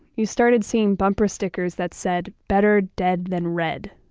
you started seeing bumper stickers that said better dead than red,